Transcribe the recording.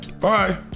Bye